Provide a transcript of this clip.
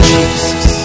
Jesus